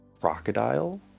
crocodile